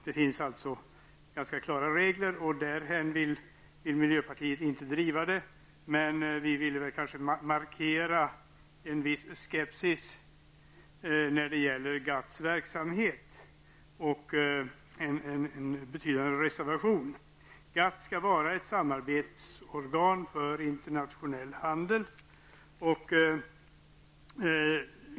Det finns alltså ganska klara regler för det och dithän vill inte miljöpartiet driva frågan. Vi ville kanske markera en viss skepsis och en viss reservation mot GATT skall vara ett samarbetsorgan för internationell handel.